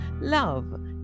love